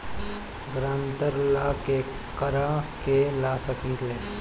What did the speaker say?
ग्रांतर ला केकरा के ला सकी ले?